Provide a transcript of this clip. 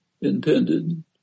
intended